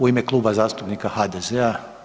U ime Kluba zastupnika HDZ-a.